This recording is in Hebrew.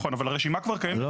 נכון, אבל הרשימה כבר קיימת קודם.